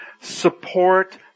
support